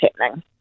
happening